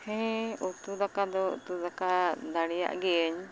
ᱦᱮᱸ ᱩᱛᱩ ᱫᱟᱠᱟ ᱫᱚ ᱩᱛᱩ ᱫᱟᱠᱟ ᱫᱟᱲᱮᱭᱟᱜ ᱜᱤᱭᱟᱹᱧ